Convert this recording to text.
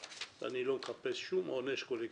אני לא מחפש שום עונש קולקטיבי פה